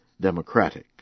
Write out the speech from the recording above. democratic